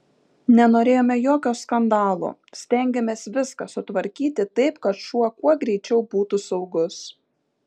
nenorėjome jokio skandalo stengėmės viską sutvarkyti taip kad šuo kuo greičiau būtų saugus